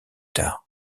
tard